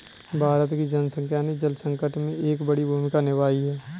भारत की जनसंख्या ने जल संकट में एक बड़ी भूमिका निभाई है